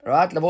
Right